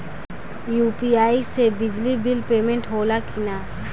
UPI से बिजली bill payment होला कि न?